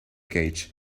cache